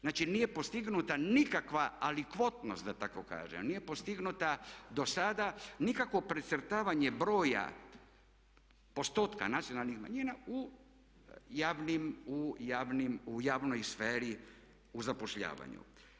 Znači nije postignuta nikakva ali kvotnost da tako kažem, nije postignuta do sada, nikakvo precrtavanje broja postotka nacionalnih manjina u javnim, u javnoj sferi u zapošljavanju.